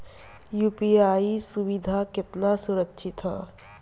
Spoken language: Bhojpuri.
यू.पी.आई सुविधा केतना सुरक्षित ह?